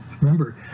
Remember